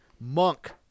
Monk